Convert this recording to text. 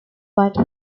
but